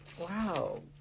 wow